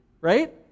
Right